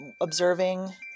observing